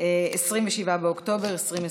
27 באוקטובר 2020,